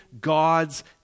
God's